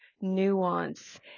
nuance